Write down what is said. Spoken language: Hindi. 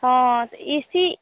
हाँ हाँ तो इसी